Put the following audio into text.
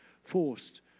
forced